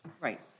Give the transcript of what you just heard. Right